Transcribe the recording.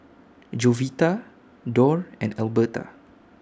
Jovita Dorr and Elberta